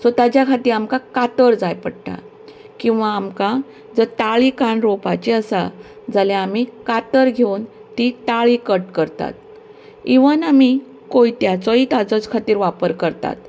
so ताच्या खातीर आमकां कातर जाय पडटा किंवां आमकां जर ताळी काडून रोवपाची आसा जाल्यार आमी कातर घेवन ती ताळी कट करतात इवन आमी कोयत्याचोय ताचेच खातीर वापर करतात